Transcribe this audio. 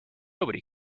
nobody